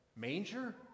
manger